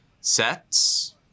sets